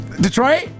Detroit